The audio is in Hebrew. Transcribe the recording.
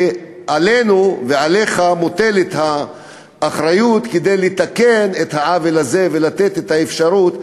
ועלינו ועליך מוטלת האחריות לתקן את העוול הזה ולתת את האפשרות.